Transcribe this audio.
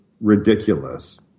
ridiculous